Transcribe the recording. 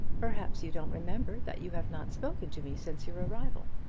perhaps you don't remember that you have not spoken to me since your arrival.